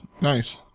nice